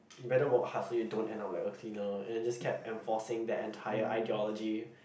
you better work hard so you don't end up like a cleaner and just kept enforcing the entire ideology